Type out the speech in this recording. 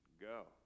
go